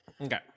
Okay